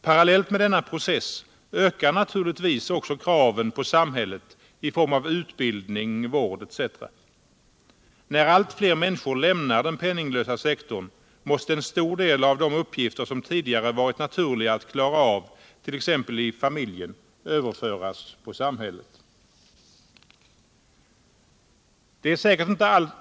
Parallellt med denna process ökar naturligtvis också kraven på samhället i form av utbildning, vård etc. När allt fier människor lämnar den penninglösa sektorn måste en stor del av de uppgifter som tidigare varit naturliga att klara av i t.ex. familjen överföras på samhället.